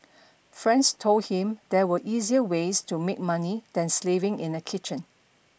friends told him there were easier ways to make money than slaving in a kitchen